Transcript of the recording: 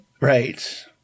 Right